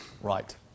Right